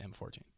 M14